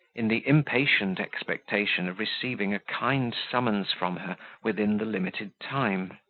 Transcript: in the impatient expectation of receiving a kind summons from her within the limited time.